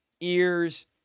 ears